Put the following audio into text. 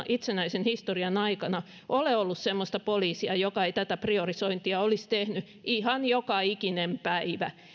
itsenäisen historian aikana ole ollut semmoista poliisia joka ei tätä priorisointia olisi tehnyt ihan joka ikinen päivä